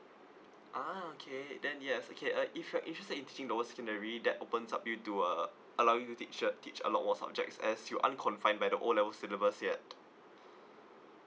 ah okay then yes okay uh if you're interested in teaching lower secondary that opens up you to uh allow you teaches teach a lot more subjects as you aren't confined by the O level syllabus yet